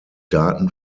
daten